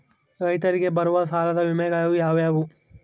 ರೈತರಿಗೆ ಬರುವ ಸಾಲದ ವಿಮೆಗಳು ಯಾವುವು?